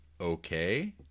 okay